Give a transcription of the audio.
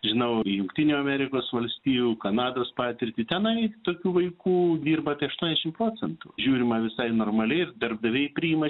žinau jungtinių amerikos valstijų kanados patirtį tenai tokių vaikų dirba apie aštuoniasdešim procentų žiūrima visai normaliai ir darbdaviai priima